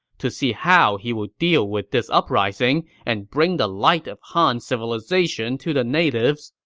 to see how he will deal with this uprising and bring the light of han civilization to the natives,